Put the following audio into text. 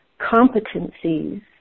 competencies